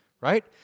right